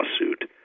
lawsuit